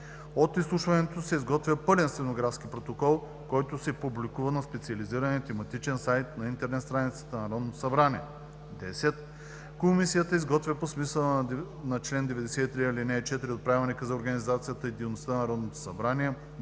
От изслушването се изготвя пълен стенографски протокол, който се публикува на специализирания тематичен сайт на интернет страницата на Народното събрание. 10. Комисията изготвя по смисъла на чл. 93, ал. 4 от Правилника за организацията и дейността на Народното събрание